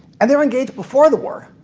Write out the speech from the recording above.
and they're engaged before the war.